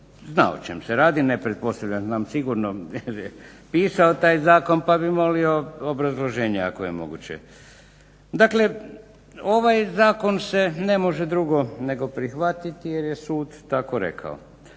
zna o čemu se radi, ne pretpostavljam, znam sigurno jer je pisao taj zakon. Pa bi molio obrazloženje ako je moguće? Dakle, ovaj zakon se ne može drugo nego prihvatiti jer je sud tako rekao.